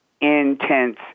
intense